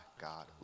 God